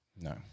No